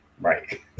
Right